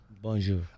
Bonjour